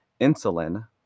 insulin